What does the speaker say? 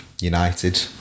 United